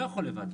לא יכול לבד.